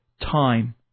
time